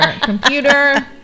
computer